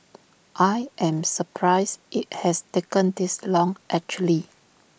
I am surprised IT has taken this long actually